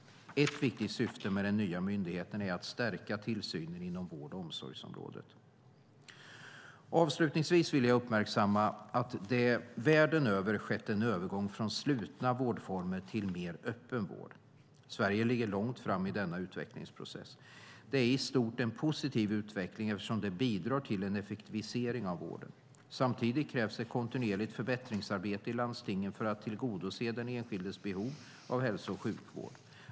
Ett viktigt syfte med den nya myndigheten är att stärka tillsynen inom vård och omsorgsområdet. Avslutningsvis vill jag uppmärksamma att det världen över har skett en övergång från slutna vårdformer till mer öppen vård. Sverige ligger långt fram i denna utvecklingsprocess. Det är i stort en positiv utveckling, eftersom det bidrar till en effektivisering av vården. Samtidigt krävs ett kontinuerligt förbättringsarbete i landstingen för att tillgodose den enskildes behov av hälso och sjukvård.